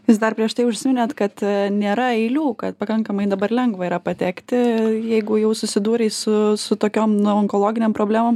jūs dar prieš tai užsiminėt kad nėra eilių kad pakankamai dabar lengva yra patekti jeigu jau susidūrei su su tokiom nu onkologinėm problemom